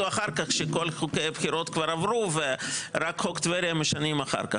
אחר כך שכל חוקי הבחירות כבר עברו ורק חוק טבריה משנים אחר כך,